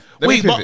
Wait